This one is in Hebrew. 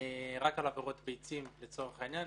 רק על עבירות ביצים לצורך העניין.